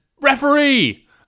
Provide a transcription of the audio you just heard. Referee